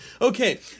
Okay